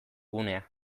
gunea